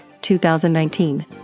2019